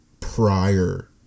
prior